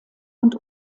und